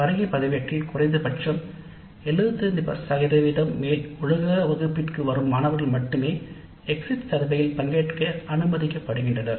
வருகை பதிவேட்டில் 75 ஒழுங்காக வகுப்பிற்கு வரும் மாணவர்கள் மட்டுமே எக்ஸிட் சர்வே கணக்கெடுப்பில் பங்கேற்க அனுமதிக்கப்படுகின்றனர்